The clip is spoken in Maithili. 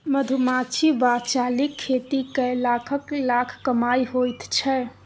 मधुमाछी वा चालीक खेती कए लाखक लाख कमाई होइत छै